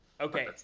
Okay